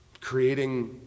Creating